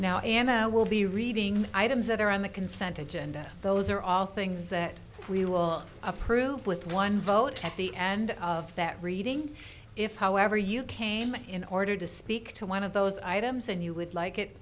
now and i will be reading items that are on the consent agenda those are all things that we will approve with one vote at the end of that reading if however you came in order to speak to one of those items and you would like it